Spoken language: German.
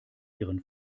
ihren